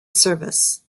service